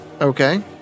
Okay